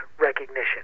recognition